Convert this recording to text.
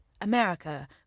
America